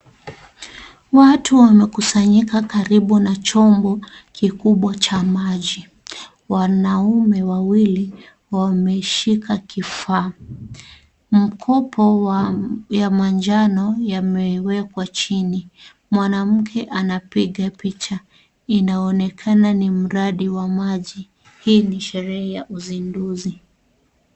Watu wamekusanyika karibu na chombo kikubwa cha maji wanaume wawili wameshika kifaa na makopo ya manjano yamewekwa chini, mwanamke anapiga picha, inaonekana ni mradi wa maji, hii ni sherehe ya uzinduzi.